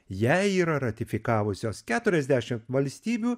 jai yra ratifikavusios keturiasdešimt valstybių